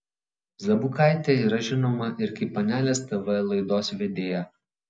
zabukaitė yra žinoma ir kaip panelės tv laidos vedėja